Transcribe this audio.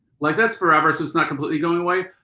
like that's forever, so it's not completely going away.